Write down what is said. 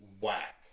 whack